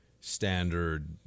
standard